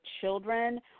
children